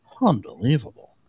Unbelievable